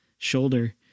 Shoulder